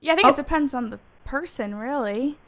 yeah think it depends on the person really.